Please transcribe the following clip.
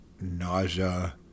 nausea